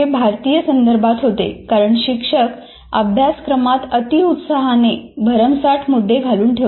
हे भारतीय संदर्भात होते कारण शिक्षक अभ्यासक्रमात अति उत्साहाने भरमसाठ मुद्दे घालून ठेवतात